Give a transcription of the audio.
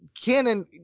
canon